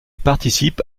participe